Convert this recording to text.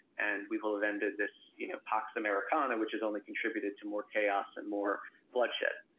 and we will have ended this you know pax americana, which has only contributed to more chaos and more bloodshed.